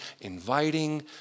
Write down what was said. inviting